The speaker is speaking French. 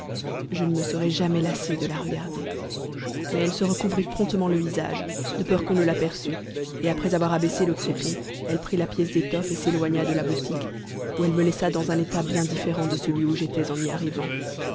je ne me serais jamais lassé de la regarder mais elle se recouvrit promptement le visage de peur qu'on ne l'aperçût et après avoir abaissé le crépon elle prit la pièce d'étoffe et s'éloigna de la boutique où elle me laissa dans un état bien différent de celui où j'étais en y arrivant